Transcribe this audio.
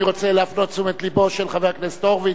אני רוצה להפנות את תשומת לבו של חבר הכנסת הורוביץ,